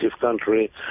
country